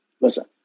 listen